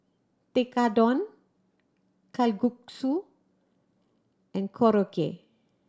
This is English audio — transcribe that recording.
Tekkadon Kalguksu and Korokke